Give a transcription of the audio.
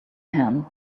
hand